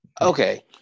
Okay